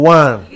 one